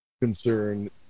concern